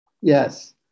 Yes